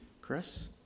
Chris